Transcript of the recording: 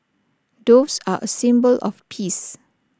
doves are A symbol of peace